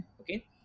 okay